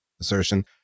assertion